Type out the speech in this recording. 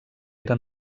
era